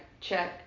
check